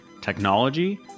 technology